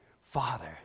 Father